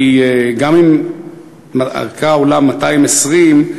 כי גם אם ערכה עולה 220,